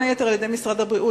בין היתר על-ידי משרד הבריאות,